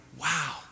wow